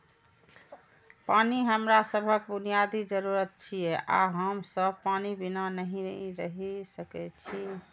पानि हमरा सभक बुनियादी जरूरत छियै आ हम सब पानि बिना नहि रहि सकै छी